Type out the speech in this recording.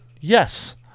yes